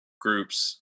groups